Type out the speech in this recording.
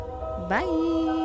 bye